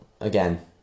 again